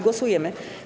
Głosujemy.